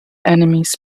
enemies